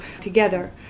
together